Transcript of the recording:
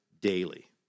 daily